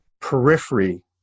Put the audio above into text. periphery